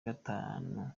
gatanu